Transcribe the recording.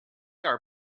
are